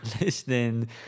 listening